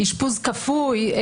אשפוז כפוי,